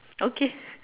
okay